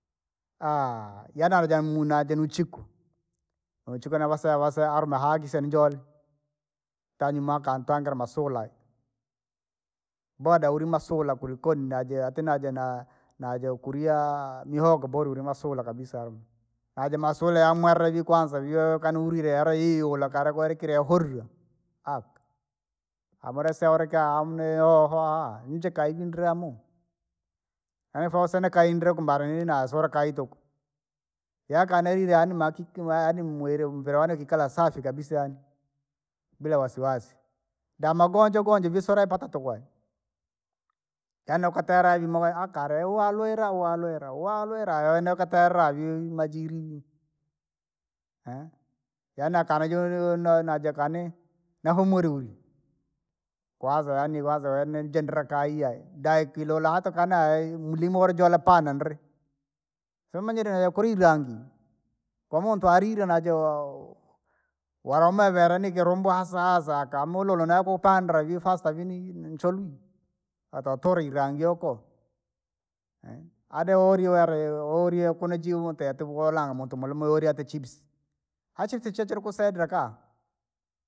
yaani alijamunajenuchiku. Nuchiku navasela vasela arume hakikishe ninjole, tanyimaka ntwangira masula, boda uri masula kulikoni najeatina naje na- najekuliya mihogo bora ulimesura kabisa yarume, naja masule yamwere vii kwanza vii eehe kanaulile hera hii yula kalakweli kila yahuliya, aka, amolesoulika hamna hiyo hoa, mchekaivindriamu. Yaani fausa nikaidrie kumbali ina- sulakai tuku, yaka nelile yaani makiki maa yaani mwerewi mviri wane kikala safi kabisa yaani, bila wasiwasi, damagonjwa gonjwa ivisole pakakwe, yaani naukatela vi- mawe akale walwela walwela walwla yawene ukatera viumajirivi. yaani akanajo nonaja kani, nahumura uri, kwanza yaani kwanza yaani nijendrea kaiyai, daikilola hata kana ayi- mulimoulijola panandri, siumanyire kuli irangi. Kwamuntu alile najo! Walauma velanikila ubwasa saa akamolola nakupandra vifasta vini ncholwi. Watotolwi irangi oko, adeoliware wolie kuno jiimotie tuku kolanga muntu mulume wolya tichipsi, aaha chipsi chochela ukusedra kaa.